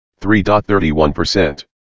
3.31%